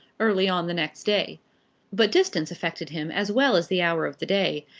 early on the next day but distance affected him as well as the hour of the day,